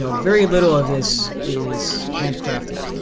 ah very little of this is handcrafted.